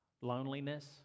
loneliness